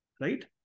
right